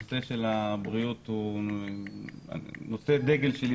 נושא הבריאות הוא נושא דגל שלי,